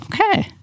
okay